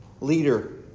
leader